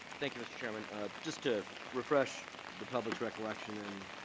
thank you mr. chairman just to refresh the public's recollection and